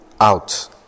out